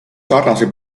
sarnase